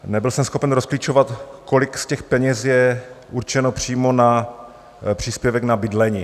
Nebyl jsem schopen rozklíčovat, kolik z těch peněz je určeno přímo na příspěvek na bydlení.